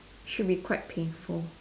should be quite painful